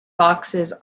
boxes